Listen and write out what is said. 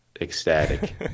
ecstatic